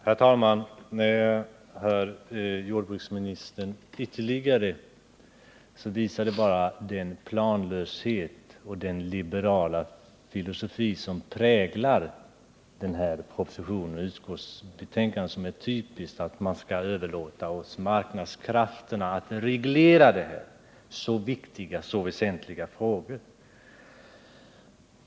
Herr talman! Jordbruksministerns fortsatta inlägg visar bara ytterligare på den planlöshet och den liberala filosofi som präglar propositionen och utskottsbetänkandet. Man skall överlåta åt marknadskrafterna att reglera så här viktiga och väsentliga frågor!